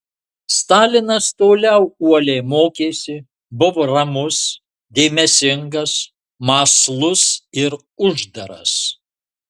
stalinas toliau uoliai mokėsi buvo ramus dėmesingas mąslus ir uždaras